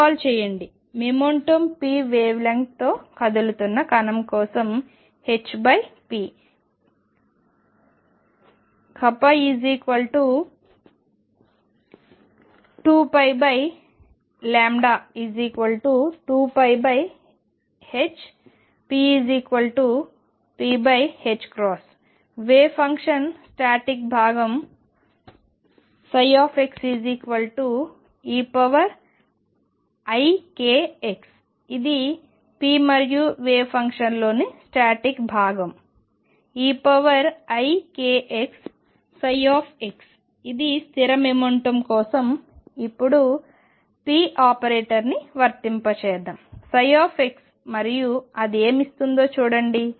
recall చేయండి momentum p wave లెంగ్త్తో కదులుతున్న కణం కోసం hp k 2π 2πhp p wave function static భాగం x eikx ఇది p మరియు వేవ్ ఫంక్షన్లోని స్టాటిక్ భాగంeikxx ఇది స్థిర మొమెంటం కోసం ఇప్పుడు p ఆపరేటర్ని వర్తింపజేద్దాం ψ మరియు అది ఏమి ఇస్తుందో చూడండి